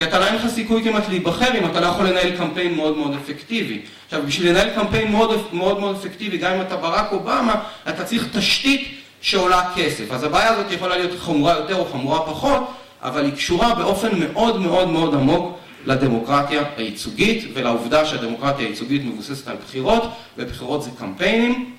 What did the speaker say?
‫כי אתה אין לך סיכוי כמעט להייבחר, ‫אם אתה לא יכול לנהל קמפיין ‫מאוד מאוד אפקטיבי. ‫עכשיו בשביל לנהל קמפיין מאוד מאוד אפקטיבי, ‫גם אם אתה ברק אובמה, ‫אתה צריך תשתית שעולה כסף. ‫אז הבעיה הזאת יכולה להיות חמורה יותר ‫או חמורה פחות, ‫אבל היא קשורה באופן מאוד מאוד מאוד עמוק, ‫לדמוקרטיה הייצוגית ולעובדה שהדמוקרטיה ‫הייצוגית מבססת על בחירות, ובחירות זה קמפיינים